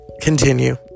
Continue